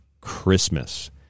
christmas